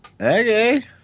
Okay